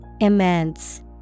Immense